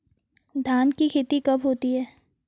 धान की खेती कब होती है?